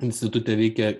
institute veikė